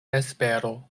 espero